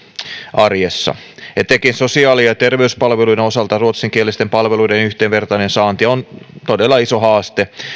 arjessa etenkin sosiaali ja ja terveyspalveluiden osalta ruotsinkielisten palveluiden yhdenvertainen saanti on todella iso haaste